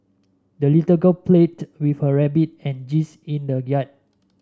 the little girl played with her rabbit and geese in the yard